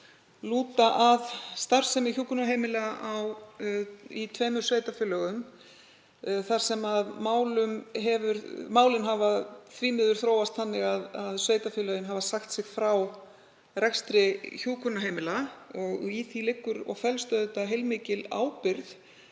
lúta að starfsemi hjúkrunarheimila í tveimur sveitarfélögum þar sem málin hafa því miður þróast þannig að sveitarfélögin hafa sagt sig frá rekstri hjúkrunarheimila. Í því felst auðvitað heilmikil ábyrgð